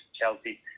Chelsea